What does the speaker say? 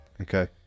okay